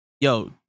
yo